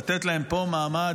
לתת להם פה מעמד